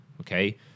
okay